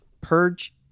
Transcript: Purge